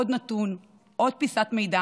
עוד נתון, עוד פיסת מידע,